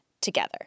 together